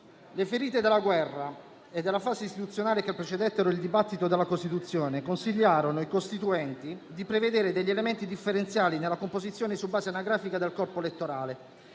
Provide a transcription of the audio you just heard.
Le ferite della guerra e della fase istituzionale che precedettero il dibattito sulla Costituzione consigliarono i costituenti di prevedere elementi differenziali nella composizione su base anagrafica del corpo elettorale,